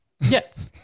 Yes